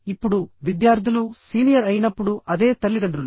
ఇప్పుడు విద్యార్థులు సీనియర్ అయినప్పుడు అదే తల్లిదండ్రులు